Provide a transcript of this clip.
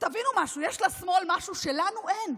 תבינו משהו, יש לשמאל משהו שלנו אין.